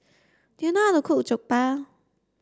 do you know how to cook Jokbal